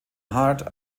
hart